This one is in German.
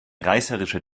reißerischer